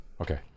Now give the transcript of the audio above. Okay